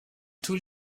tous